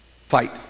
Fight